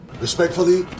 Respectfully